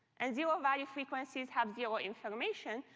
and zero value frequencies have zero information,